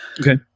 Okay